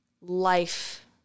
life